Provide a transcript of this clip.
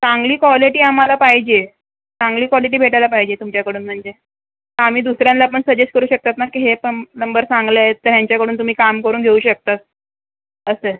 चांगली क्वॉलिटी आम्हाला पाहिजे चांगली क्वॉलिटी भेटायला पाहिजे तुमच्याकडून म्हणजे आम्ही दुसऱ्यांना पण सजेस्ट करू शकतात ना की हे पं प्लंबर चांगले आहेत तर ह्यांच्याकडून तुम्ही काम करून घेऊ शकतात असं आहे